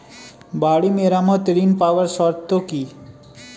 বাড়ি মেরামত ঋন পাবার শর্ত কি?